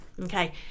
okay